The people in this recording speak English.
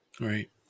Right